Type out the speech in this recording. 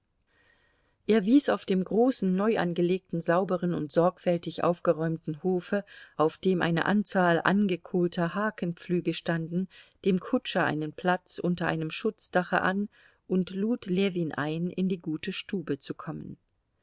er wies auf dem großen neu angelegten sauberen und sorgfältig aufgeräumten hofe auf dem eine anzahl angekohlter hakenpflüge standen dem kutscher einen platz unter einem schutzdache an und lud dann ljewin ein in die gute stube zu kommen